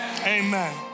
Amen